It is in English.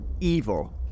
evil